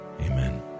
Amen